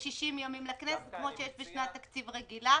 ו-60 ימים לכנסת, כפי שיש בשנת תקציב רגילה.